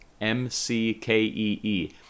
M-C-K-E-E